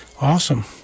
awesome